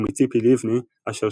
ומציפי לבני אשר